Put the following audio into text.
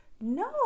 no